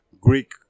Greek